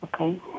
Okay